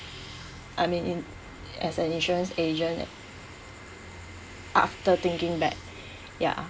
I mean in as an insurance agent after thinking back ya